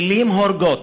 מילים הורגות.